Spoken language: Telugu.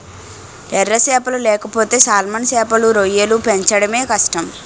ఎర సేపలు లేకపోతే సాల్మన్ సేపలు, రొయ్యలు పెంచడమే కష్టం